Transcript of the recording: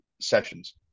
sessions